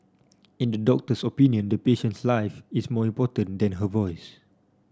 in the doctor's opinion the patient's life is more important than her voice